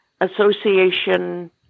Association